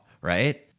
right